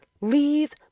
leave